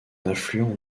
affluent